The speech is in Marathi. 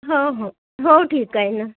हो हो हो ठीक आहे ना